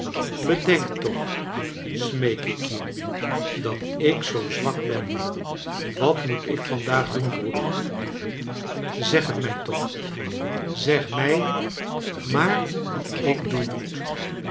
bedenk toch smeek ik je dat ik zoo zwak ben wat moet ik vandaag doen broader zeg het mij toch zeg mij maar wat ik doen moet